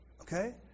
Okay